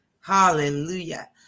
Hallelujah